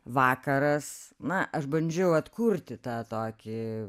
vakaras na aš bandžiau atkurti tą tokį